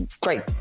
great